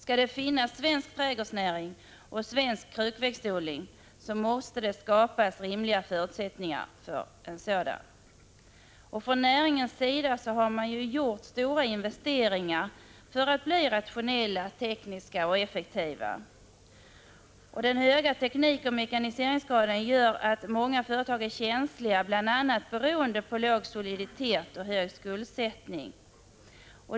Om vi skall ha svensk trädgårdsnäring och svensk krukväxtodling, måste rimliga förutsättningar skapas för en sådan. Näringen har gjort stora 173 investeringar för att verksamheterna skall bli rationella, tekniska och effektiva. Den höga teknikoch mekaniseringsgraden gör att många företag är känsliga, bl.a. beroende på låg soliditet och hög skuldsättning.